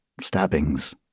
stabbings